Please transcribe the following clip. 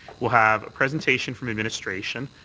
we'll have a presentation from administration.